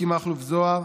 מיקי מכלוף זוהר,